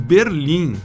Berlim